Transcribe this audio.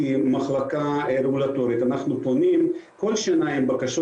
כמחלקה רגולטורית אנחנו פונים כל שנה עם בקשות